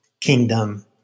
kingdom